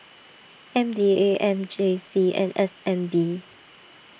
M D A M J C and S N B